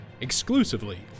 exclusively